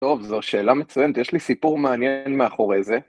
טוב, זו שאלה מצוינת, יש לי סיפור מעניין מאחורי זה.